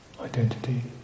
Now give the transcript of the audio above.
identity